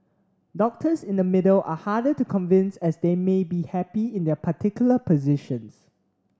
doctors in the middle are harder to convince as they may be happy in their particular positions